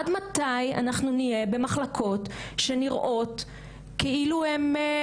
עד מתי אנחנו נהיה במחלקות שנראות כאילו 40